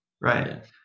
Right